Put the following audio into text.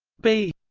b